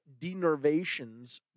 denervations